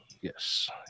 Yes